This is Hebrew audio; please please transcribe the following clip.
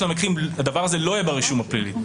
המקרים הדבר הזה לא יהיה ברישום הפלילי.